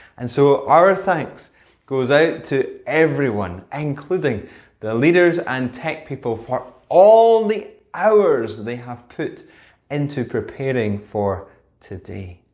and so our thanks goes out to everyone including the leaders and tech people for all the hours they have put into preparing for today.